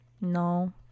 no